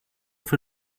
für